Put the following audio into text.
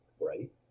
right